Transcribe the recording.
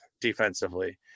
defensively